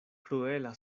kruela